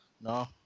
no